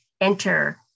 enter